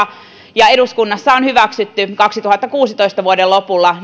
ja eduskunnassa on hyväksytty vuoden kaksituhattakuusitoista lopulla